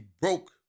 broke